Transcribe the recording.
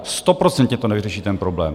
Stoprocentně to nevyřeší ten problém.